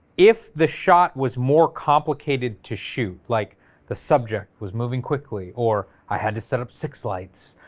if the shot was more complicated to shoot, like the subject was moving quickly, or i had to set up six lights,